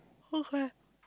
okay